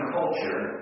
culture